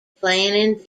planning